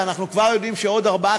ואנחנו כבר יודעים שעוד 4,